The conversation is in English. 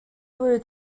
blue